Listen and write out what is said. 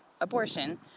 abortion